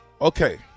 Okay